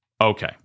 okay